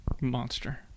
monster